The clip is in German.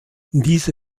diese